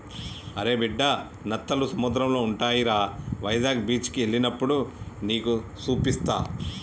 అరే బిడ్డా నత్తలు సముద్రంలో ఉంటాయిరా వైజాగ్ బీచికి ఎల్లినప్పుడు నీకు సూపిస్తా